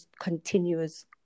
continuous